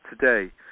today